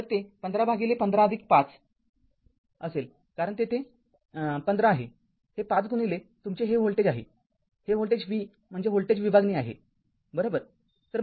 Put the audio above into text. तर ते १५ भागिले १५५ असेल कारण येथे १५ आहे हे ५ तुमचे हे व्होल्टेज आहे हे व्होल्टेज v म्हणजे व्होल्टेज विभागणी आहे बरोबर